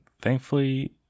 thankfully